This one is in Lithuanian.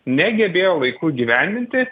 negebėjo laiku įgyvendinti